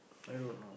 I go